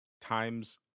times